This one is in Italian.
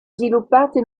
sviluppate